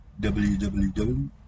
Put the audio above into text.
www